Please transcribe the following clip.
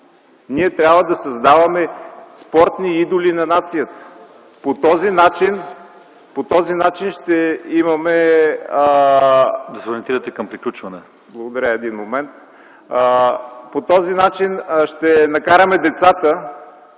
Ние трябва да създаваме спортни идоли на нацията. По този начин ще имаме …